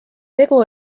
tegu